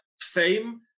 fame